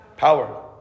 Power